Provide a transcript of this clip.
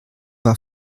war